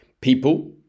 people